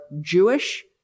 Jewish